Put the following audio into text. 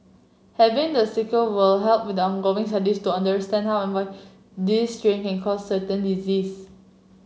having the sequence will help with ongoing studies to understand how and why this strain can cause disease